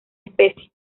especie